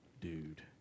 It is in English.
dude